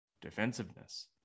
defensiveness